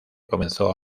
comenzó